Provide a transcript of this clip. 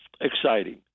exciting